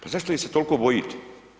Pa zašto ih se toliko bojite?